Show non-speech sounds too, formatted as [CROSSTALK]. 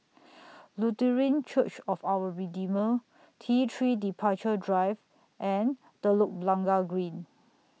[NOISE] Lutheran Church of Our Redeemer T three Departure Drive and Telok Blangah Green